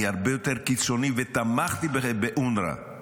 אני הרבה יותר קיצוני, ותמכתי באונר"א